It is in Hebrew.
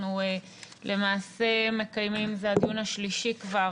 אנחנו למעשה מקיימים זה הדיון השלישי כבר